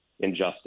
Injustice